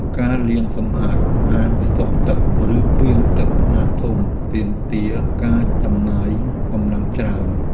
ការលាងសម្អាតអាងស្តុកទឹក ឬពាងទឹកខ្នាតធំ ទាមទារការចំណាយកម្លាំងច្រើន។